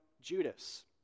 Judas